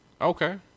Okay